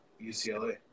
UCLA